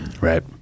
Right